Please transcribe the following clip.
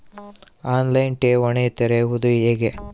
On line ಠೇವಣಿ ತೆರೆಯುವುದು ಹೇಗೆ?